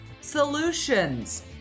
solutions